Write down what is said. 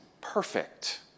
perfect